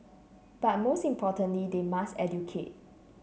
but most importantly they must educate